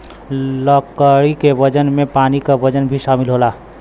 लकड़ी के वजन में पानी क वजन भी शामिल होला